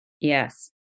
Yes